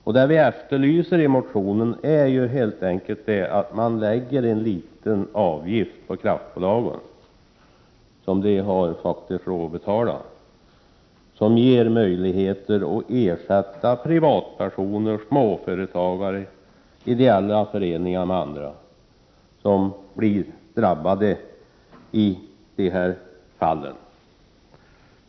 Vad vi efterlyser i motionen är att man helt enkelt lägger en liten avgift på kraftbolagen — det har de faktiskt råd att betala — som ger möjligheter att ersätta privatpersoner, småföretagare, ideella föreningar och andra som blir drabbade i de här fallen.